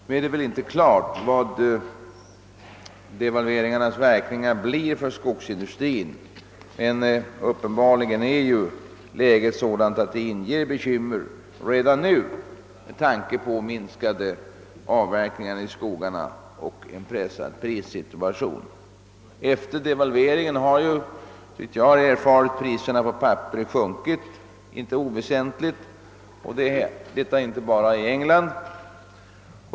Det är väl inte ännu klart vilka verkningar devalveringarna får för skogsindustrin, men uppenbarligen är läget sådant att det inger bekymmer redan nu med tanke på de minskade avverkningarna i skogarna och en pressad prissituation. Efter devalveringen har, såvitt jag erfarit, priserna på papper sjunkit inte oväsentligt, och detta inte bara i England.